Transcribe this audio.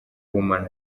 women